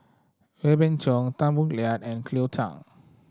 Wee Beng Chong Tan Boo Liat and Cleo Thang